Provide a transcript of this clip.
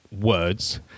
words